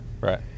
right